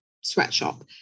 sweatshop